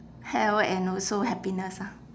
health and also happiness ah